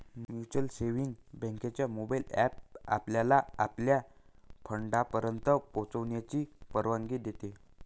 mutual savings बँकेचा mobile app आपल्याला आपल्या फंडापर्यंत पोहोचण्याची परवानगी देतो